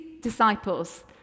disciples